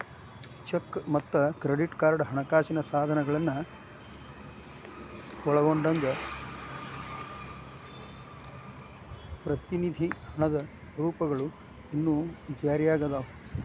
check ಮತ್ತ credit card ಹಣಕಾಸಿನ ಸಾಧನಗಳನ್ನ ಒಳಗೊಂಡಂಗ ಪ್ರತಿನಿಧಿ ಹಣದ ರೂಪಗಳು ಇನ್ನೂ ಜಾರಿಯಾಗದವ